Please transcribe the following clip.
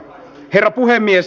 herra puhemies